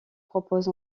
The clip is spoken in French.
propose